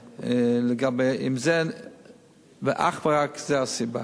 אם אך ורק זו הסיבה.